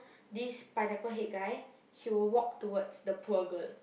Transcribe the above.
this Pineapple Head guy he will walk towards the poor girl